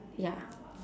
ya